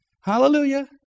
Hallelujah